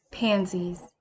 Pansies